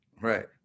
Right